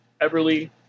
Everly